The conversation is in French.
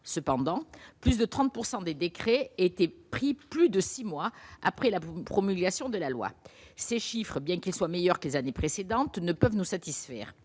cependant, plus de 30 pourcent des décrets étaient pris plus de 6 mois après la boue promulgation de la loi, ces chiffres, bien qu'il soit meilleur que les années précédentes ne peuvent nous satisfaire,